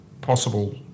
possible